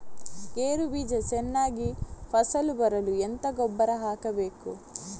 ಗೇರು ಬೀಜ ಚೆನ್ನಾಗಿ ಫಸಲು ಬರಲು ಎಂತ ಗೊಬ್ಬರ ಹಾಕಬೇಕು?